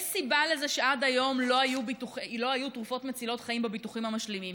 יש סיבה לזה שעד היום לא היו תרופות מצילות חיים בביטוחים המשלימים,